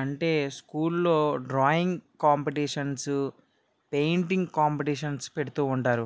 అంటే స్కూల్లో drawing competitions painting competitions పెడుతూ ఉంటారు